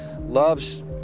loves